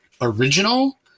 original